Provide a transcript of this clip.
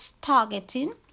targeting